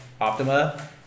Optima